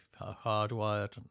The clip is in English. Hardwired